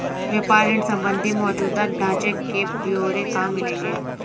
व्यापार ऋण संबंधी मौजूदा ढांचे के ब्यौरे कहाँ मिलेंगे?